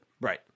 Right